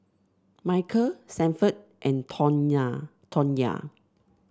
Michael Sanford and Tawnya